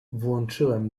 włączyłem